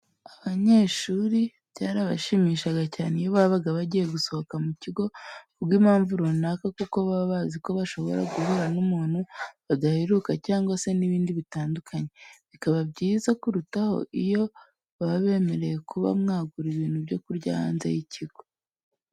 Abanyeshuri byarabashimishaga cyane iyo babaga bagiye gusohoka mu kigo ku bw'impamvu runaka kuko baba bazi ko bashobora guhura n'umuntu badaheruka cyangwa se n'ibindi bitandukanye. Bikaba byiza kurutaho iyo babemereye kuba mwagura ibintu byo kurya hanze y'ikigo.